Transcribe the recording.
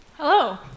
Hello